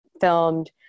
filmed